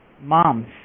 moms